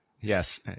yes